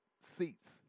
seats